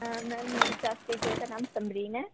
میم میری class teacher کا نام سمرین ہے